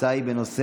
ההצעה היא בנושא: